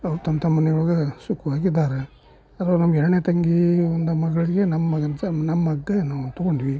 ಅವ್ರು ತಮ್ಮ ತಮ್ಮ ಮನೆಯೊಳ್ಗೆ ಸುಖ್ವಾಗಿದ್ದಾರೆ ಆದರೆ ನಮ್ಮ ಎರಡನೇ ತಂಗಿಯ ಮಗಳಿಗೆ ನಮ್ಮ ಮಗನ ತಗೊಂಡ್ವಿ